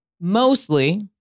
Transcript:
mostly